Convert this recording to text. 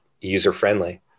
user-friendly